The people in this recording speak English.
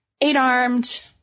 eight-armed